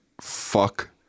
fuck